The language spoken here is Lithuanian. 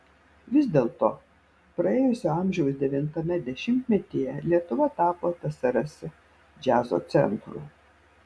vis dėlto praėjusio amžiaus devintame dešimtmetyje lietuva tapo tsrs džiazo centru